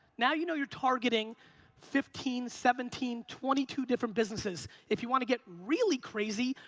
now you know you're targeting fifteen, seventeen, twenty two different businesses. if you wanna get really crazy,